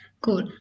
Cool